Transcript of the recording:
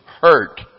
hurt